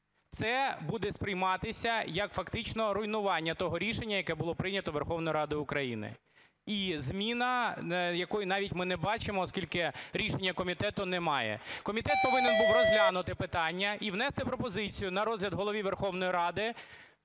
Це буде сприйматися як фактично руйнування того рішення, яке було прийняте Верховною Радою України. І зміна, якої навіть ми не бачимо, оскільки рішення комітету немає. Комітет повинен був розглянути питання і внести пропозицію на розгляд Голові Верховної Ради